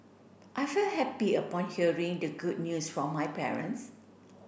I felt happy upon hearing the good news from my parents